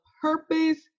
purpose